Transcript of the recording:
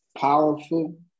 powerful